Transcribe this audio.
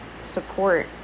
support